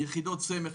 יחידות סמך.